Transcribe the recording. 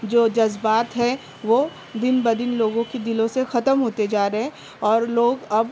جو جذبات ہیں وہ دن بدن لوگوں کی دلوں سے ختم ہوتے جارہے ہیں اور لوگ اب